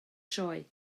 sioe